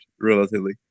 relatively